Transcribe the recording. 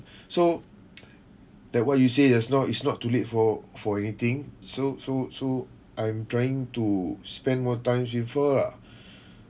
so like what you say just now it's not too late for for anything so so so I'm trying to spend more times with her lah